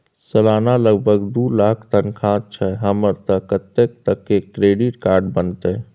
सलाना लगभग दू लाख तनख्वाह छै हमर त कत्ते तक के क्रेडिट कार्ड बनतै?